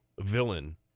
villain